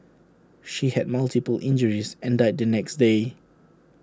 she had multiple injuries and died the next day